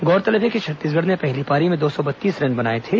गौरतलब है कि छत्तीसगढ़ ने पहली पारी में दो सौ बत्तीस रन बनाए थे